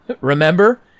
Remember